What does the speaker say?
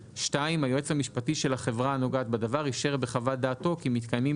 (2) היועץ המשפט של החברה הנוגעת בדבר אישר בחוות דעתו כי מתקיימים